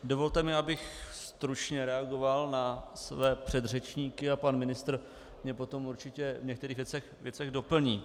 Dovolte mi, abych stručně reagoval na své předřečníky a pan ministr mě potom určitě v některých věcech doplní.